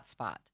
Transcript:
hotspot